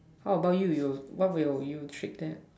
how about you you what will you treat them